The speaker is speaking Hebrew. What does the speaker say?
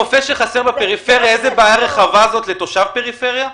רופא שחסר בפריפריה איזו בעיה רחבה זו לתושב פריפריה?